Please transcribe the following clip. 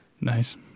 nice